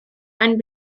and